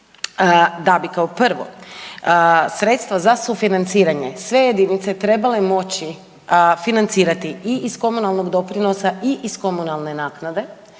da bi kao prvo sredstva za sufinanciranje sve jedinice trebale moći financirati i iz komunalnog doprinosa i iz komunalne naknade